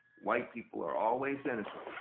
white people are always innocent.